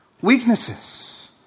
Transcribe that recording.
Weaknesses